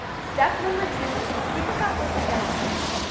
step number two is to think about what you're gonna say.